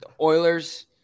oilers